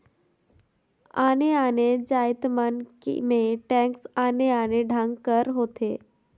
आने आने जाएत मन में टेक्स आने आने ढंग कर होथे